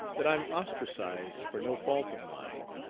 that i'm ostracized for no fault of mine,